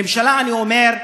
לממשלה, אני אומר,